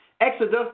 Exodus